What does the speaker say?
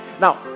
Now